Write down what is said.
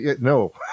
no